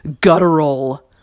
guttural